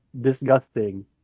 disgusting